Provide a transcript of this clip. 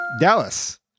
Dallas